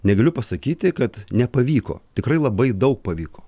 negaliu pasakyti kad nepavyko tikrai labai daug pavyko